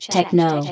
Techno